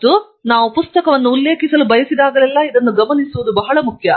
ಮತ್ತು ನಾವು ಪುಸ್ತಕವನ್ನು ಉಲ್ಲೇಖಿಸಲು ಬಯಸಿದಾಗಲೆಲ್ಲಾ ಇದನ್ನು ಗಮನಿಸುವುದು ಬಹಳ ಮುಖ್ಯ